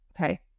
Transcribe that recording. Okay